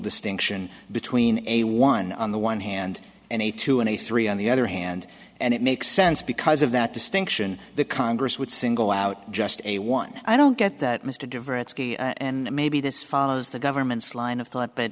distinction between a one on the one hand and a two and a three on the other hand and it makes sense because of that distinction the congress would single out just a one i don't get that mr diverts and maybe this follows the government's line of thought but